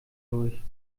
durch